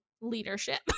leadership